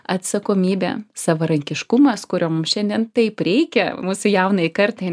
atsakomybė savarankiškumas kurio mum šiandien taip reikia mūsų jaunajai kartai